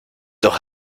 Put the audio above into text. doch